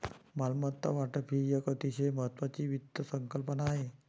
मालमत्ता वाटप ही एक अतिशय महत्वाची वित्त संकल्पना आहे